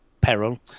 peril